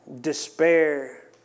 despair